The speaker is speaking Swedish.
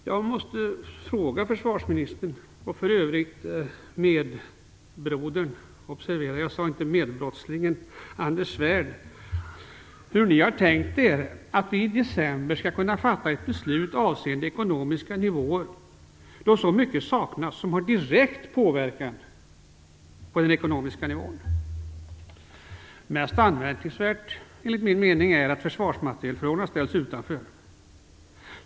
Jag måste fråga försvarsministern och medbrodern - observera att jag inte sade medbrottslingen - Anders Svärd hur ni har tänkt er att vi i december skall kunna fatta ett beslut avseende ekonomiska nivåer, då så mycket saknas som har direkt påverkan på den ekonomiska nivån. Mest anmärkningsvärt är enligt min mening att försvarsmaterielfrågorna ställts utanför.